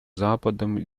западом